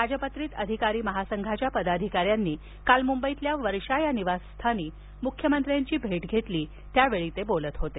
राजपत्रित अधिकारी महासंघाच्या पदाधिका यांनी काल मुंबईत वर्षा या निवासस्थानी मुख्यमंत्र्यांची भेट घेतली त्यावेळी ते बोलत होते